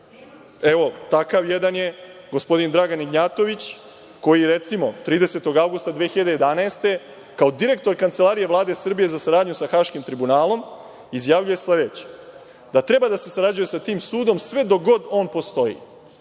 Evo, takav jedan je gospodin Dragan Ignjatović, koji, recimo, 30. avgusta 2011. godine, kao direktor Kancelarije Vlade Srbije za saradnju sa Haškim tribunalom, izjavljuje sledeće – da treba da se sarađuje sa tim sudom dok god on postoji.